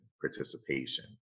participation